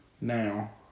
now